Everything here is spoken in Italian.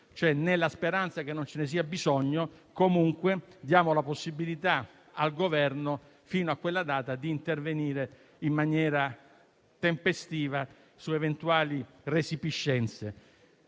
nella speranza che non ce ne sia bisogno, diamo comunque la possibilità al Governo - fino a quella data - di intervenire in maniera tempestiva su eventuali resipiscenze.